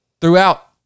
throughout